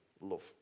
love